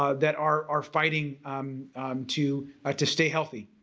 ah that are are fighting to ah to stay healthy.